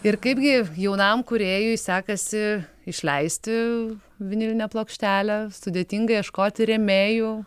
ir kaipgi jaunam kūrėjui sekasi išleisti vinilinę plokštelę sudėtinga ieškoti rėmėjų